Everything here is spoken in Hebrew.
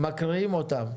מקריאים אותן.